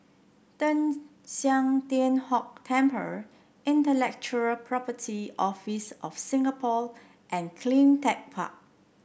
Teng San Tian Hock Temple Intellectual Property Office of Singapore and CleanTech Park